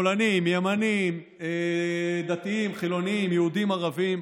ימנים, דתיים, חילונים, יהודים, ערבים,